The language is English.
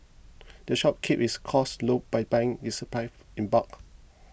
the shop keeps its costs low by buying its supplies in bulk